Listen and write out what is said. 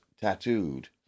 tattooed